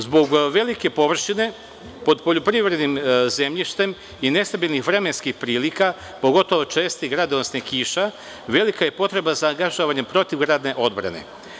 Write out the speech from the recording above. Zbog velike površine pod poljoprivrednim zemljištem i nestabilnim vremenskih prilikama, pogotovo čestih gradonosnih kiša, velika je potreba za angažovanjem protivgradne odbrane.